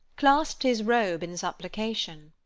clasped his robe in supplication.